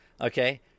Okay